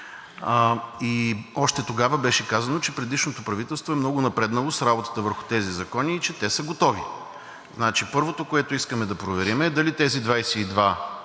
И още тогава беше казано, че предишното правителство е много напреднало с работата върху тези закони и че те са готови. Първото, което искаме да проверим, е дали тези 22 закона,